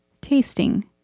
Tasting